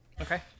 Okay